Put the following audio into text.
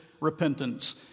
repentance